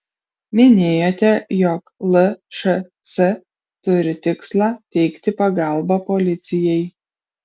minėjote jog lšs turi tikslą teikti pagalbą policijai